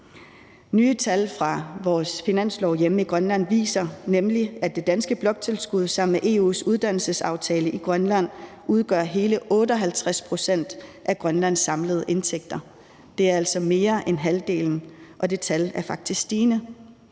Nye tal fra vores finanslov hjemme i Grønland viser nemlig, at det danske bloktilskud sammen med EU's uddannelsesaftale i Grønland udgør hele 58 pct. af Grønlands samlede indtægter. Det er altså mere end halvdelen, og det tal er faktisk stigende.